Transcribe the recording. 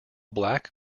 black